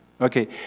Okay